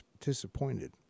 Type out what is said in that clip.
disappointed